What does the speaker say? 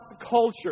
culture